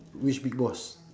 which big boss